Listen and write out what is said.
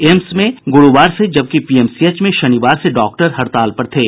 AIIMS में गुरूवार से जबकि पीएमसीएच में शनिवार से डॉक्टर हड़ताल पर थे